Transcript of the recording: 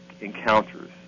encounters